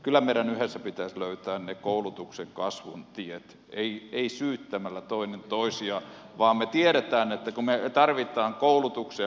kyllä meidän yhdessä pitäisi löytää ne koulutuksen kasvun tiet ei syyttämällä toinen toisia vaan me tiedämme että me tarvitsemme koulutukseen panostusta